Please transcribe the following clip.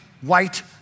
white